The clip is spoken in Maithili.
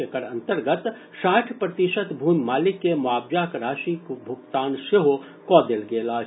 एकर अंतर्गत साठि प्रतिशत भूमि मालिक के मोआवजाक राशिक भोगतान सेहो कऽ देल गेल अछि